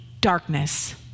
Darkness